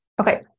Okay